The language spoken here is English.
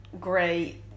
great